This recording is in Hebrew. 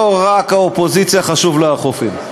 לא רק לאופוזיציה חשובים החופים.